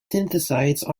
synthesized